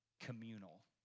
communal